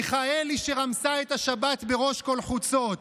מיכאלי, שרמסה את השבת בראש כל חוצות,